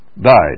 died